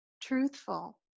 truthful